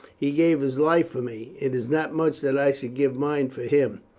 he gave his life for me it is not much that i should give mine for him.